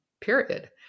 period